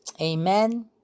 Amen